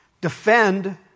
Defend